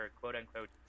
quote-unquote